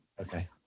Okay